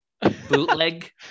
bootleg